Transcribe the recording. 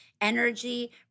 energy